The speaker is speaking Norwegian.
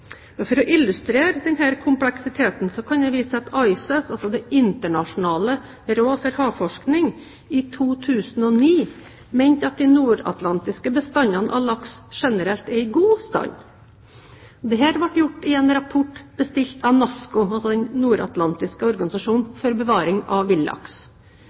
For å illustrere denne kompleksiteten kan jeg vise til at ICES, Det internasjonale råd for havforskning, i 2009 mente at de nordatlantiske bestandene av laks generelt er i god stand – dette ifølge en rapport bestilt av NASCO, Den nordatlantiske organisasjonen for bevaring av villaks.